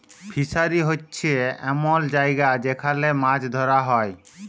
fishery হছে এমল জায়গা যেখালে মাছ ধ্যরা হ্যয়